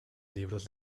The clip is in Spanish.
libros